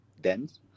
dense